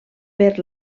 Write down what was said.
per